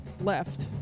left